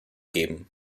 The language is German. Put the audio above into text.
geben